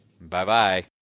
Bye-bye